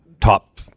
top